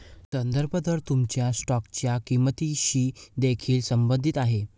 संदर्भ दर तुमच्या स्टॉकच्या किंमतीशी देखील संबंधित आहे